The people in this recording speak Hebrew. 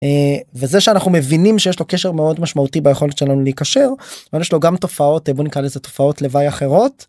וזה שאנחנו מבינים שיש לו קשר מאוד משמעותי ביכולת שלנו להיכשר אבל יש לו גם תופעות, בוא נקרא לזה תופעות לוואי אחרות.